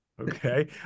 okay